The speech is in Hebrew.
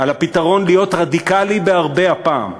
"על הפתרון להיות רדיקלי בהרבה הפעם,